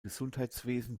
gesundheitswesen